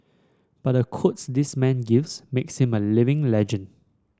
but the quotes this man gives makes him a living legend